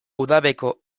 udabeko